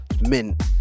mint